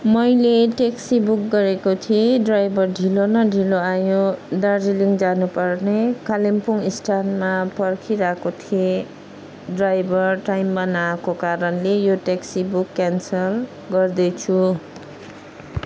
मैले taxi book गरेको थिएँ ड्राइभर ढिलो न ढिलो आयो दार्जिलिङ जानु पर्ने कालिम्पोङ स्ट्यान्डमा पर्खिरहेको थिएँ ड्राइभर टाइममा नआएको कारणले यो ट्याक्सी बुक क्यान्सल गर्दैछु